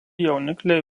jaunikliai